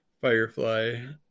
Firefly